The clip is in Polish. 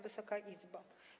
Wysoka Izbo!